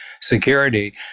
security